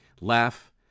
Laugh